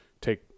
take